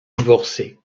divorcée